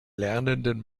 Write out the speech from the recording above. lernenden